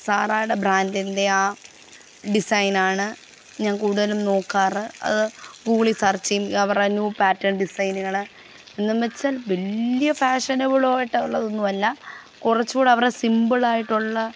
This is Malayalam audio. സാറായുടെ ബ്രാൻഡിൻ്റെ ആ ഡിസൈനാണ് ഞാൻ കൂടുതലും നോക്കാറ് അത് ഗൂഗിളിൽ സർച്ച് ചെയ്യും അവരുടെ ന്യൂ പാറ്റേൺ ഡിസൈനുകൾ എന്നും വെച്ച് വലിയ ഫാഷനബിൾ ആയിട്ടുള്ളതൊന്നുമല്ല കുറച്ചുക്കൂടെ അവരുടെ സിമ്പിളായിട്ടുള്ള